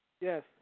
Yes